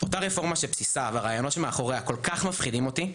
אותה רפורמה שבסיסה והרעיונות שמאחוריה כל כך מפחידים אותי,